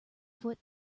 foot